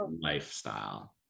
lifestyle